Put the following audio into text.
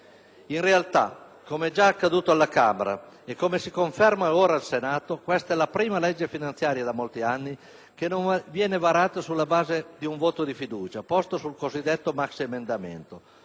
In realtà, come è già accaduto alla Camera, e come si conferma ora al Senato, questa è la prima legge finanziaria da molti anni che non viene varata sulla base di un voto di fiducia posto sul cosiddetto maxiemendamento,